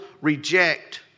reject